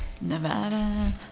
Nevada